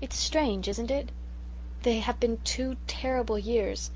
it's strange isn't it they have been two terrible years